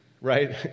right